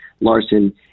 Larson